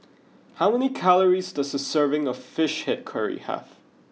how many calories does a serving of Fish Head Curry have